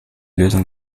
lösung